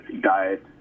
diet